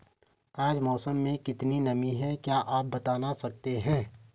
आज मौसम में कितनी नमी है क्या आप बताना सकते हैं?